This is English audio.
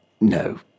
No